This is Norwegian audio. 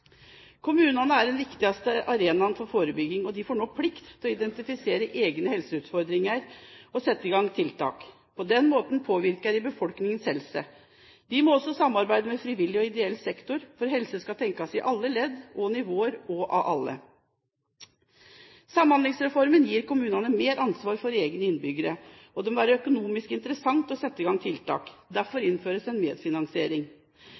Kommunene er den viktigste arenaen for forebygging, og de får nå plikt til å identifisere egne helseutfordringer og sette i gang tiltak. På den måten påvirker de befolkningens helse. De må også samarbeide med frivillig og ideell sektor, for helse skal tenkes i alle ledd og nivåer, og av alle. Samhandlingsreformen gir kommunene mer ansvar for egne innbyggere, og det må være økonomisk interessant å sette i gang tiltak. Derfor innføres en medfinansiering.